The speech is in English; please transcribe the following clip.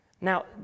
Now